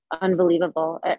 unbelievable